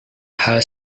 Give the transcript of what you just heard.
hal